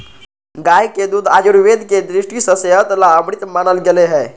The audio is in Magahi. गाय के दूध आयुर्वेद के दृष्टि से सेहत ला अमृत मानल गैले है